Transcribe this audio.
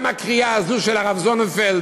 וגם הקריאה הזאת של הרב זוננפלד